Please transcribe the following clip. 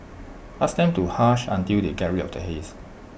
ask them to hush until they get rid of the haze